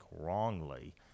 wrongly